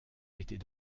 était